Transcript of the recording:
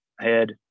head